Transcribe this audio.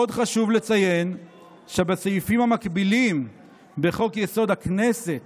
עוד חשוב לציין שבסעיפים המקבילים בחוק-יסוד: הכנסת